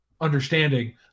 understanding